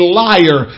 liar